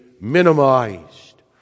minimized